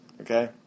Okay